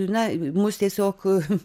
na mus tiesiog